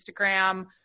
instagram